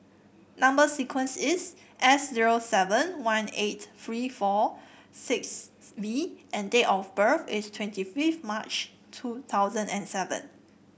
number sequence is S zero seven one eight three four six V and date of birth is twenty fifth March two thousand and seven